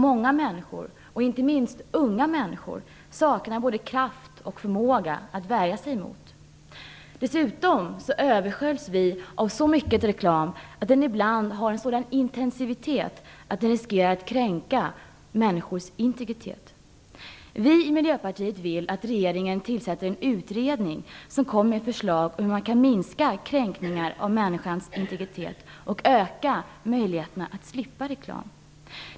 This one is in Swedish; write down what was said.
Många människor, inte minst unga, saknar både kraft och förmåga att värja sig emot den. Dessutom översköljs vi av reklam som ibland har en sådan intensitet att den riskerar att kränka människors integritet. Vi i Miljöpartiet vill att regeringen tillsätter en utredning som kommer med förslag om hur man kan minska kränkningar av människans integritet och öka möjligheterna för människorna att slippa reklam.